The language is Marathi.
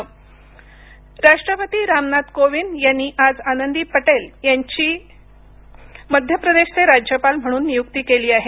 राष्ट्रपती राष्ट्रपती राम नाथ कोविंद यांनी आज आनंदीबेन पटेल यांची मध्य प्रदेशचे राज्यपाल म्हणून नियुक्ती केली आहे